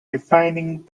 refining